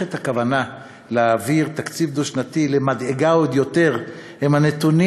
את הכוונה להעביר תקציב דו-שנתי למדאיגה עוד יותר הוא הנתונים